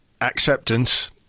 acceptance